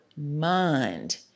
mind